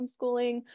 homeschooling